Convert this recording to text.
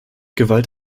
gewalt